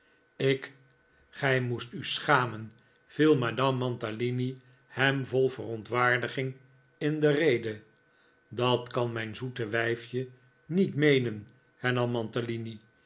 ik gij moest u schamen viel madame mantalini hem vol verontwaardiging in de rede dat kan mijn zoete wijfje niet meenen